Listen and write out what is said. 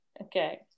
Okay